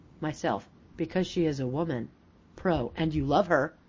myself. because she is a woman pro. and you love her!